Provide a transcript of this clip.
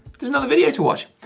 there's another video to watch.